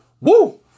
Woo